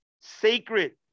sacred